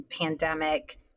pandemic